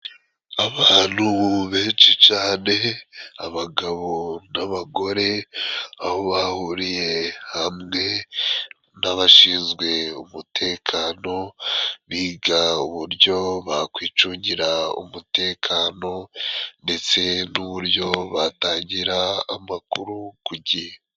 Abantu benshi cane abagabo n'abagore, aho bahuriye hamwe n'abashinzwe umutekano biga uburyo bakwicungira umutekano, ndetse n'uburyo batangira amakuru ku gihe.